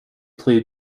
play